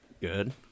good